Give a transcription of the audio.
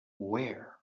where